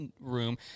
room